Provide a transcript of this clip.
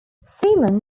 seaman